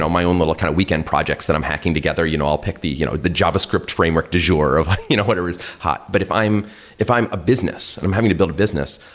my own little kind of weekend projects that i'm hacking together. you know i'll pick the you know the javascript framework dejure of you know whatever is how. but if i'm if i'm a business, and i'm having to build a business,